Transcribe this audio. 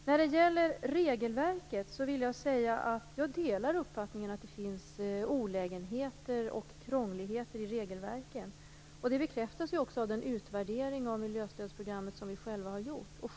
När det gäller regelverket delar jag uppfattningen att det finns olägenheter och krångligheter. Det bekräftas ju också av den utvärdering av miljöstödsprogrammet som vi själva har gjort.